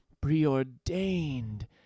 preordained